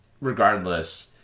regardless